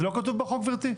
זה לא כתוב בחוק גברתי?